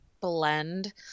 blend